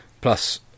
plus